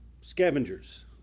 Scavengers